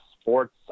sports